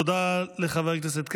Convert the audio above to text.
תודה לחבר הכנסת כץ.